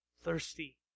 Thirsty